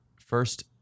first